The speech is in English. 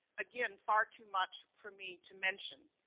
again, far too much for me to mention.